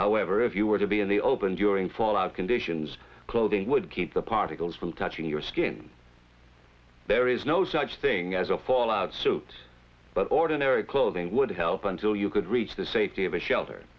however if you were to be in the open during fallout conditions clothing would keep the particles from touching your skin there is no such thing as a fallout suit but ordinary clothing would help until you could reach the safety of a shelter